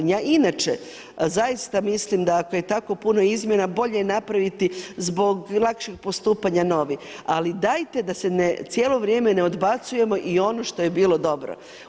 Ja inače zaista mislim da ako je tako puno izmjena bolje je napraviti zbog lakšeg postupanja novi, ali dajte da se cijelo vrijeme ne odbacujemo i ono što je bilo dobro.